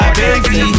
baby